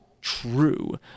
true